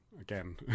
again